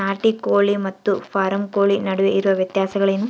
ನಾಟಿ ಕೋಳಿ ಮತ್ತು ಫಾರಂ ಕೋಳಿ ನಡುವೆ ಇರುವ ವ್ಯತ್ಯಾಸಗಳೇನು?